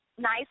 nice